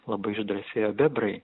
labai išdrąsėjo bebrai